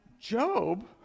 Job